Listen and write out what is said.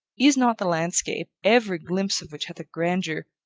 is not the landscape, every glimpse of which hath a grandeur,